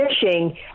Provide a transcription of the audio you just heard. fishing